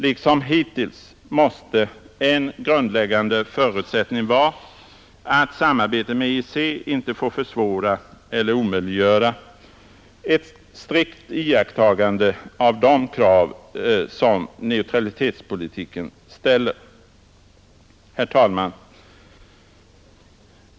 Liksom hittills måste en grundläggande förutsättning vara att samarbetet med EEC inte får försvåra eller omöjliggöra ett strikt iakttagande av de krav som neutralitetspolitiken ställer. Herr talman!